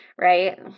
right